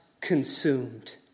consumed